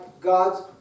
God's